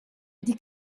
wedi